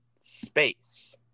space